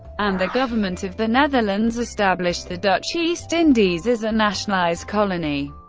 and the government of the netherlands established the dutch east indies as a nationalised colony.